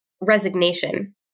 resignation